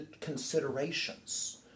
considerations